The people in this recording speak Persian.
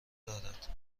دارد